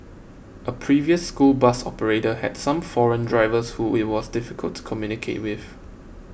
a previous school bus operator had some foreign drivers who it was difficult to communicate with